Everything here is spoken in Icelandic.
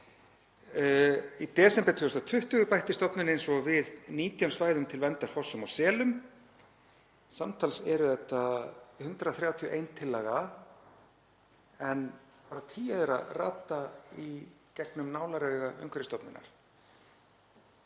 Í desember 2020 bætti stofnunin svo við 19 svæðum til verndar fossum og selum. Samtals eru þetta 131 tillaga en bara tíu þeirra rata í gegnum nálarauga Umhverfisstofnunar.